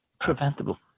Preventable